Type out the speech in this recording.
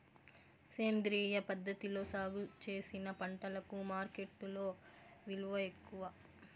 సేంద్రియ పద్ధతిలో సాగు చేసిన పంటలకు మార్కెట్టులో విలువ ఎక్కువ